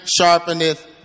sharpeneth